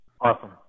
Awesome